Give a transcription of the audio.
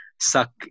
suck